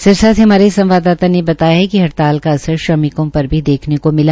सिरसा से हमारे संवाददाता ने बताया कि हड़ताल का असर श्रमिकों पर भी देखने को मिला